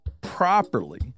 properly